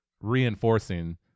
reinforcing